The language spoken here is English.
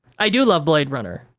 i do love blade runner.